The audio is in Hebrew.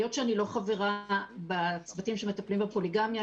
היות שאני לא חברה בצוותים שמטפלים בפוליגמיה,